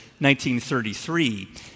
1933